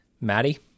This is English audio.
Maddie